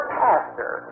pastor